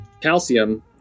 calcium